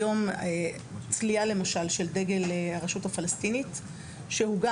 היום תלייה למשל של דגל הרשות הפלסטינית שהוא גם